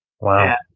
wow